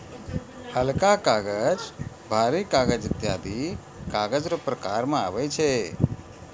हलका कागज, भारी कागज ईत्यादी कागज रो प्रकार मे आबै छै